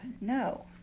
No